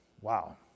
wow